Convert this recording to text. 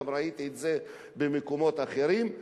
ראיתי את זה גם במקומות אחרים,